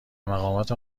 مقامات